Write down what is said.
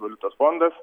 valiutos fondas